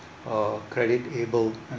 uh credit able mm